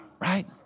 right